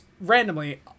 randomly